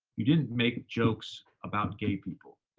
you didn't make jokes about gay people.